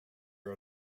are